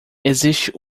existe